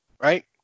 right